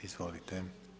Izvolite.